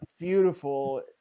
beautiful